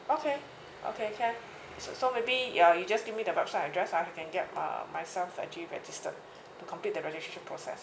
okay okay can s~ so maybe ya you just give me the website address [ah[ I can get uh myself to actually registered to complete the registration process